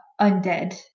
undead